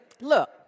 Look